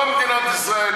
לא מדינת ישראל.